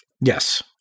Yes